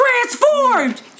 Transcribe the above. transformed